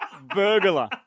Burglar